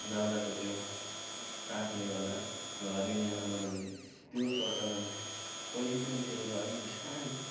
दाउराको त्यो तापले गर्दा घरै न्यानो बनाउने त्यो प्रचलन पहिले पनि थियो र अहिले बिस्तारी